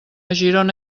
girona